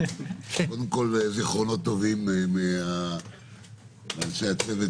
קודם כול זיכרונות טובים מאנשי הצוות